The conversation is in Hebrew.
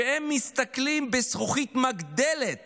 שמסתכלים בזכוכית מגדלת